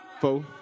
four